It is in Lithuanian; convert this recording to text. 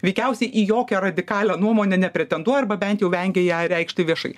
veikiausiai į jokią radikalią nuomonę nepretenduoja arba bent jau vengia ją reikšti viešai